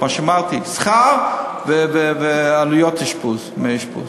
מה שאמרתי: שכר ועלויות אשפוז, דמי אשפוז.